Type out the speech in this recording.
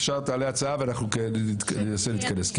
אפשר, תעלה הצעה ואנחנו ננסה להתכנס.